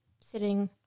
sitting